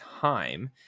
time